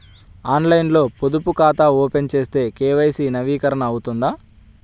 ఆన్లైన్లో పొదుపు ఖాతా ఓపెన్ చేస్తే కే.వై.సి నవీకరణ అవుతుందా?